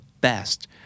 Best